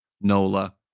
Nola